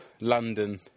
London